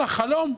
"חלום,